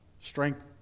Strength